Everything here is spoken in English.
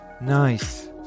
nice